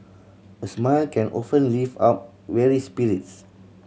a smile can often lift up weary spirits